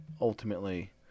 ultimately